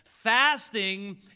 Fasting